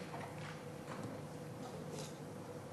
ההצעה להעביר